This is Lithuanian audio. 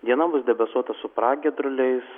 diena bus debesuota su pragiedruliais